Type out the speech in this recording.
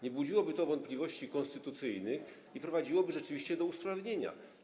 Nie budziłoby to wątpliwości konstytucyjnych i prowadziłoby rzeczywiście do usprawnienia.